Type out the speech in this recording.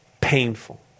Painful